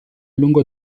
lungo